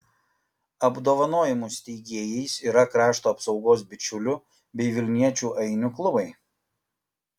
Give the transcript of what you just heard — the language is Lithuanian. apdovanojimų steigėjais yra krašto apsaugos bičiulių bei vilniečių ainių klubai